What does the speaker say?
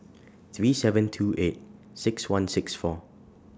three seven two eight six one six four